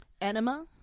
Enema